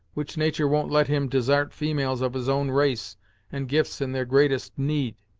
which natur' won't let him desart females of his own race and gifts in their greatest need.